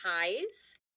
ties